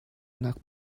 nak